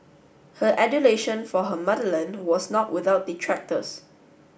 her adulation for her motherland was not without detractors